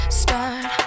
start